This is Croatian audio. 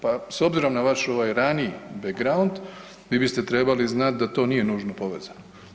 Pa s obzirom na vaš ovaj raniji background vi biste trebali znati da to nije nužno povezano.